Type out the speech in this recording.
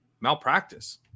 malpractice